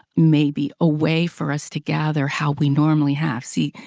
maybe, a way for us to gather how we normally have. see,